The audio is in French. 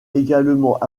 également